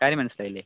കാര്യം മനസിലായില്ലേ